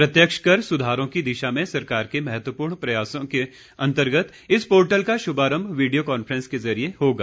प्रत्यक्ष कर सुधारों की दिशा में सरकार के महत्वपूर्ण उपायों के अंतर्गत इस पोर्टल का शुभारंभ वीडियो काफ्रेंस के जरिए होगा